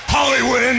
Hollywood